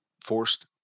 forced